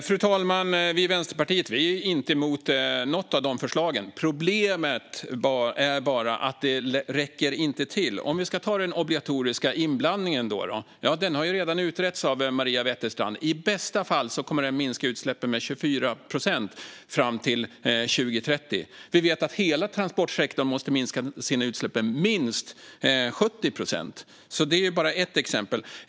Fru talman! Vi i Vänsterpartiet är inte emot något av de här förslagen. Problemet är bara att det inte räcker. Vi kan ta den obligatoriska inblandningen som exempel. Den har redan utretts av Maria Wetterstrand. I bästa fall kommer den att minska utsläppen med 24 procent fram till 2030. Vi vet att hela transportsektorn måste minska sina utsläpp med minst 70 procent. Det är bara ett exempel.